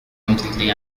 completely